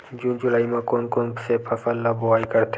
जून जुलाई म कोन कौन से फसल ल बोआई करथे?